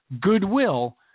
goodwill